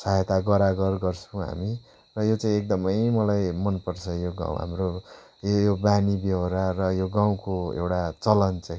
सहायता गरागर गर्छौँ हामी यो चाहिँ एकदमै मलाई मनपर्छ यो गाउँ हाम्रो यो बानी व्यहोरा र गाउँको एउटा चलन चाहिँ